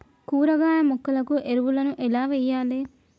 కూరగాయ మొక్కలకు ఎరువులను ఎలా వెయ్యాలే?